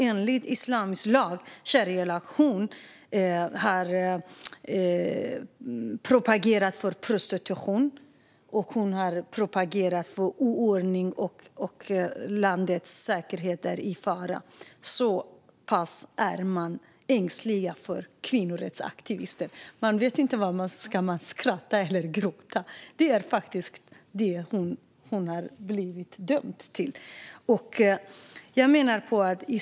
Enligt islamisk lag, sharialag, har hon propagerat för prostitution och oordning, och man menar att landets säkerhet är i fara. Så pass ängslig är man för kvinnorättsaktivister! Jag vet inte om jag ska skratta eller gråta, men det är faktiskt det här hon har blivit dömd för.